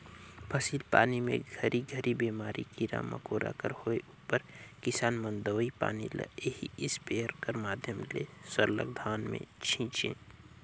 फसिल पानी मे घरी घरी बेमारी, कीरा मकोरा कर होए उपर किसान मन दवई पानी ल एही इस्पेयर कर माध्यम ले सरलग धान मे छीचे